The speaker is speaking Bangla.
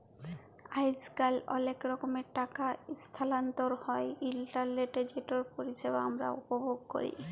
আইজকাল অলেক রকমের টাকা ইসথালাল্তর হ্যয় ইলটারলেটে যেটর পরিষেবা আমরা উপভোগ ক্যরি